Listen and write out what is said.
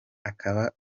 akaba